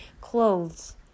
clothes